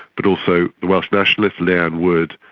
but also the welsh nationalist leanne wood,